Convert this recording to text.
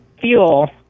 fuel